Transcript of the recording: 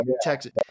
Texas